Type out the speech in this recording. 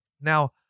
Now